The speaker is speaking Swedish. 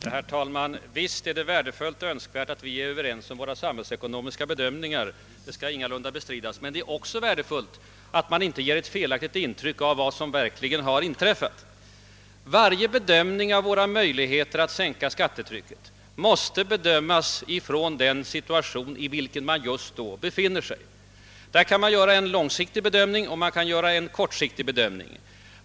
Herr talman! Visst är det värdefullt och önskvärt att vi är överens i våra samhällsekonomiska bedömningar — det skall ingalunda bestridas. Men det är också värdefullt att vi inte ger ett felaktigt intryck av vårt politiska handlande. Låt mig därför understryka att varje bedömning av möjligheterna att sänka skattetrycket måste göras utifrån den samhällsekonomiska situation i vilken vi befinner oss vid tiden för bedömningen.